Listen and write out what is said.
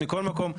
מכל מקום,